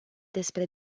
despre